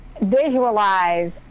visualize